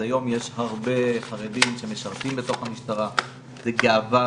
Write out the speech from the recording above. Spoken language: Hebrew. אז היום יש הרבה חרדים שמשרתים בתוך המשטרה זה גאווה,